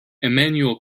immanuel